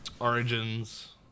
Origins